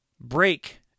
break